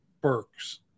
Burks